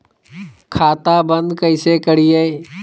खाता बंद कैसे करिए?